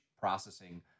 processing